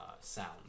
sound